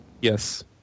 Yes